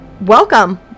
welcome